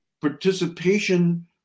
participation